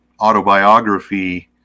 autobiography